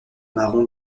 marron